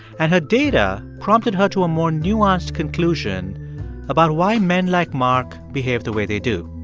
and her data prompted her to a more nuanced conclusion about why men like mark behave the way they do